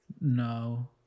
no